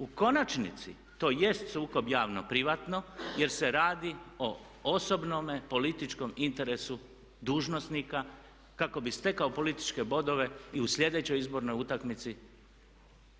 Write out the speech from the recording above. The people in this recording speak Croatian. U konačnici, to jest sukob javno-privatno jer se radi o osobnome političkom interesu dužnosnika kako bi stekao političke bodove i u sljedećoj izbornoj utakmici